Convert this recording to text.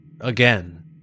again